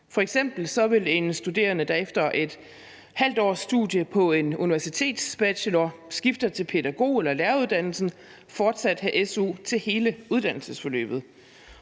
F.eks. vil en studerende, der efter et halvt års studie på en universitetsbachelor skifter til pædagog- eller læreruddannelsen, fortsat have su til hele uddannelsesforløbet.